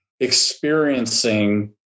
experiencing